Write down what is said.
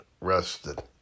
rested